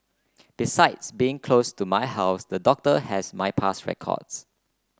besides being close to my house the doctor has my past records